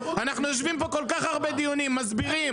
אנחנו יושבים פה כל כך הרבה דיונים ומסבירים.